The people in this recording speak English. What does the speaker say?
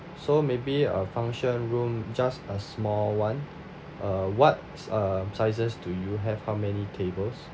so maybe a function room just a small one uh what's um sizes do you have how many tables